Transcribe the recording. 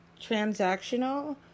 transactional